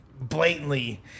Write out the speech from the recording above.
blatantly